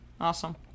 awesome